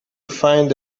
find